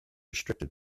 restricted